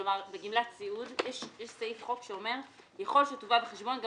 כלומר בגמלת סיעוד יש סעיף חוק שאומר: יכול שתובא בחשבון גם